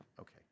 Okay